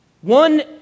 One